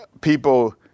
people